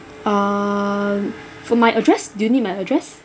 uh for my address do you need my address